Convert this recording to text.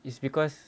it's because